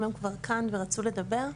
אם הם כבר כאן ורצו לדבר?